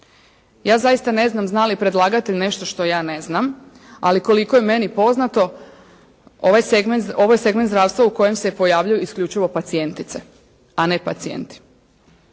Ja zaista ne znam zna li predlagatelj nešto što ja ne znam, ali koliko je meni poznato, ovo je segment zdravstva u kojem se pojavljuju isključivo pacijentice, a ne pacijenti.